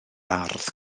ardd